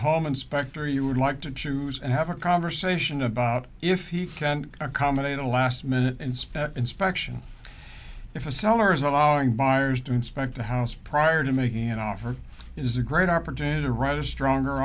home inspector you would like to choose and have a conversation about if he can't accommodate a last minute inspection if a seller is allowing buyers to inspect the house prior to making an offer is a great opportunity to write a stronger